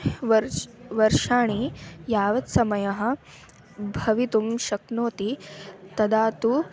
वर्षः वर्षाणि यावत् समयः भवितुं शक्नोति तदा तु